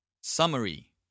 Summary